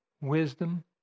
wisdom